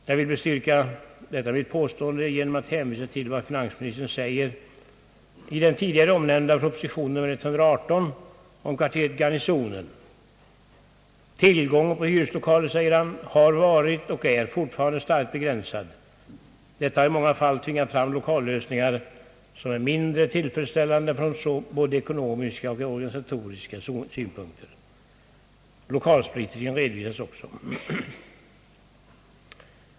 Jag vill bestyrka detta påstående genom att hänvisa till vad finansministern säger i den tidigare omnämnda propositionen nr 118 om kvarteret Garnisonen. Tillgången på hyreslokaler, säger han. har varit och är fortfarande starkt begränsad. Detta har i många fall tvingat fram lokallösningar som är mindre tillfredsställande från såväl ekonomisk som organisatorisk synpunkt. För lokalsplittringen redogöres också.